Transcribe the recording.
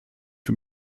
für